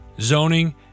zoning